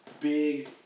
big